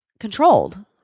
Controlled